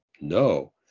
No